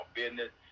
business